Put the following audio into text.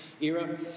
era